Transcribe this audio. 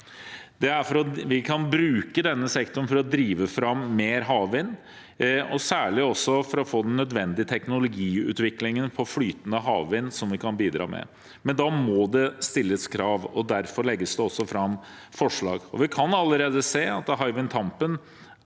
vi kan bruke denne sektoren til å drive fram mer havvind, og særlig til å få nødvendig teknologiutvikling på flytende havvind, som vi kan bidra med. Da må det stilles krav, og derfor legges det også fram forslag. Vi kan allerede se at Hywind Tampen